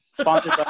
Sponsored